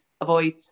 avoid